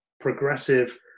progressive